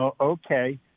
Okay